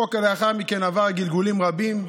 החוק לאחר מכן עבר גלגולים רבים,